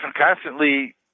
constantly